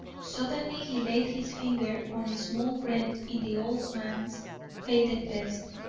suddenly he laid his finger on a small rent in the old man's faded vest.